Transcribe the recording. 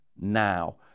now